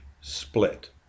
split